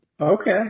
Okay